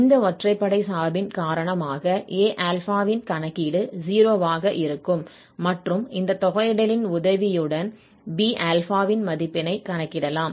இந்த ஒற்றைப்படை சார்பின் காரணமாக Aα ன் கணக்கீடு 0 ஆக இருக்கும் மற்றும் இந்த தொகையிடலின் உதவியுடன் Bα ன் மதிப்பினை கணக்கிடலாம்